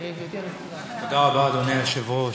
אדוני היושב-ראש,